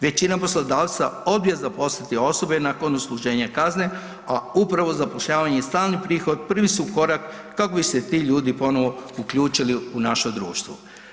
Većina poslodavaca odbije zaposliti osobe nakon odsluženja kazne, a upravo zapošljavanje i stalni prihod prvi su korak kako bi se ti ljudi ponovno uključili u naše društvo.